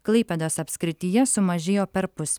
klaipėdos apskrityje sumažėjo perpus